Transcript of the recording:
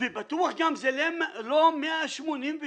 ובטוח גם, זה לא 186 מגרשים,